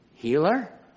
Healer